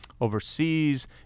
overseas